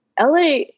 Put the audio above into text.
LA